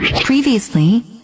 Previously